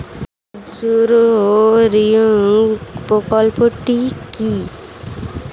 ক্ষুদ্রঋণ প্রকল্পটি কি?